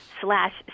slash